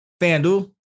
FanDuel